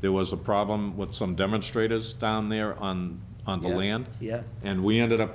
there was a problem with some demonstrators down there on on the land and we ended up a